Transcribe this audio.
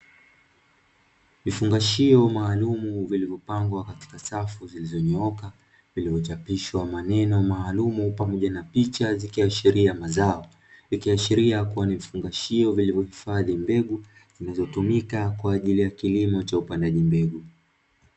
Vifungashio maalumu vilivyopangwa katika safu zilizonyooka vilivyochapishwa maneno maalumu pamoja na picha zikiashiria mazao, ikiashiria kuwa ni vifungashio vilivyohifadhi mbegu zinazotumika kwa ajili ya kilimo cha upandaji mbegu.